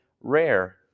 rare